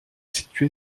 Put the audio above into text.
situé